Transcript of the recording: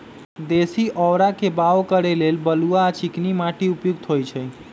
देशी औरा के बाओ करे लेल बलुआ आ चिकनी माटि उपयुक्त होइ छइ